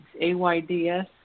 A-Y-D-S